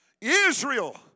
Israel